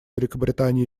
великобритании